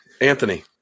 Anthony